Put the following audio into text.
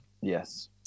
Yes